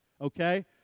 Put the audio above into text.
Okay